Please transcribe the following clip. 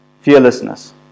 fearlessness